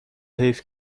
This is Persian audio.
حیف